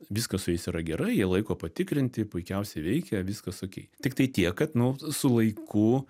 viskas su jais yra gerai jie laiko patikrinti puikiausiai veikia viskas okei tiktai tiek kad nu su laiku